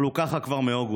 אבל הוא ככה כבר מאוגוסט.